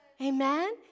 Amen